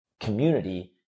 community